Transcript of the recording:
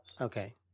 Okay